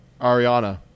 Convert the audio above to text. Ariana